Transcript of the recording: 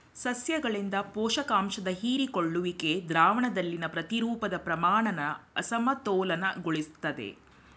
ಸಸ್ಯಗಳಿಂದ ಪೋಷಕಾಂಶದ ಹೀರಿಕೊಳ್ಳುವಿಕೆ ದ್ರಾವಣದಲ್ಲಿನ ಪ್ರತಿರೂಪದ ಪ್ರಮಾಣನ ಅಸಮತೋಲನಗೊಳಿಸ್ತದೆ